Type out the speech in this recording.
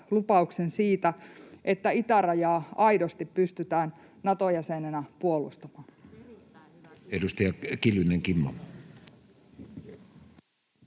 lupauksen siitä, että itärajaa aidosti pystytään Nato-jäsenenä puolustamaan? Edustaja Kiljunen, Kimmo.